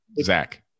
Zach